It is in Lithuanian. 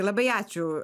labai ačiū